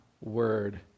word